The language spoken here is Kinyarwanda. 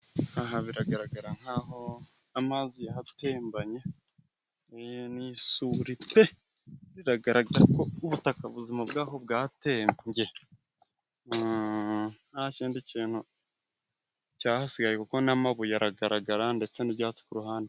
Aha biragaragara nk'aho amazi yahatembanye, ni isuri pe! Biragaragara ko ubutaka buzima bwaho bwatembye, nta kindi kintu cyahasigaye kuko n'amabuye aragaragara ndetse n'ibyatsi ku ruhande.